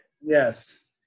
Yes